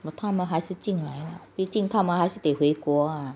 我们还是进来了毕竟他们还是得回国啊